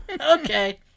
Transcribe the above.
Okay